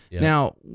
Now